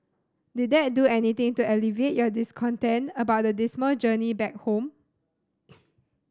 did that do anything to alleviate your discontent about the dismal journey back home